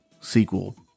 sequel